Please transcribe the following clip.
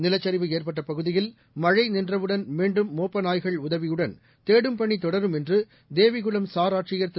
நிலச்சரிவு ஏற்பட்ட பகுதியில் மழை நின்றவுடன் மீண்டும் மோப்ப நாய்கள் உதவியுடன் தேடும் பணி தொடரும் என்று தேவிகுளம் சார் ஆட்சியர் திரு